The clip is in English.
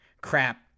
crap